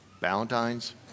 Valentine's